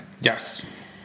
Yes